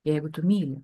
jeigu tu myli